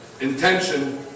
intention